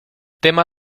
tema